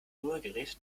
rührgerät